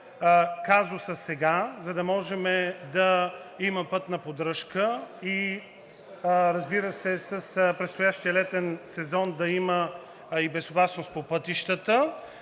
казуса сега, за да може да има пътна поддръжка за предстоящия летен сезон, а и безопасност по пътищата,